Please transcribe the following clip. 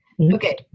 Okay